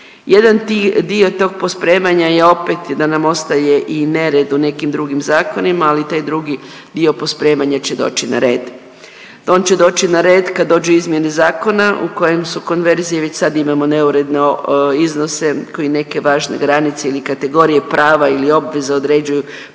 Jedan dio tog pospremanja je opet da nam ostaje i nered u nekim drugim zakonima, ali taj drugi dio pospremanja će doći na red. On će doći na red kad dođu izmjene zakona u kojem su konverzije, već sad imamo neuredno iznose koji neke važne granice ili kategorije prava ili obveze određuju pomalo